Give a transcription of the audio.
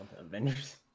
Avengers